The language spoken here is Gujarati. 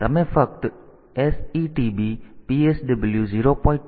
તેથી તમે ફક્ત SETB PSW 0